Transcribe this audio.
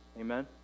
Amen